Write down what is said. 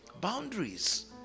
Boundaries